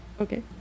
okay